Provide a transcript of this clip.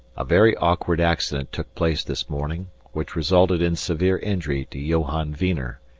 a very awkward accident took place this morning, which resulted in severe injury to johann wiener,